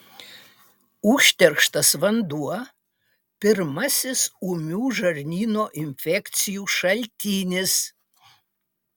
užterštas vanduo pirmasis ūmių žarnyno infekcijų šaltinis